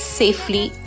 safely